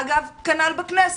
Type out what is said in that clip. אגב, כנ"ל בכנסת.